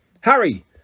harry